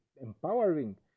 empowering